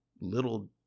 little